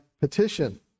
petition